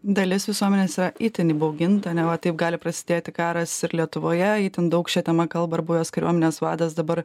dalis visuomenės yra itin įbauginta neva taip gali prasidėti karas ir lietuvoje itin daug šia tema kalba ir buvęs kariuomenės vadas dabar